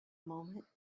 moment